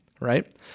right